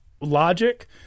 logic